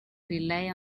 rely